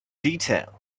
detail